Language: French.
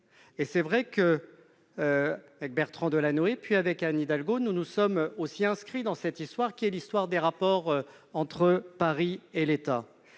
à Paris. Avec Bertrand Delanoë, puis Anne Hidalgo, nous nous sommes nous aussi inscrits dans cette histoire, qui est l'histoire des rapports entre Paris et l'État.